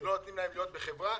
לא נותנים להם להיות חלק מהחברה,